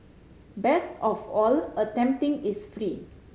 best of all attempting is free